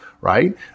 right